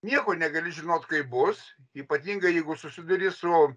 nieko negali žinot kaip bus ypatingai jeigu susiduri su